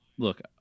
look